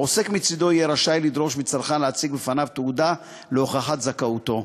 העוסק מצדו יהיה רשאי לדרוש מצרכן להציג בפניו תעודה להוכחת זכאותו.